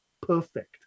perfect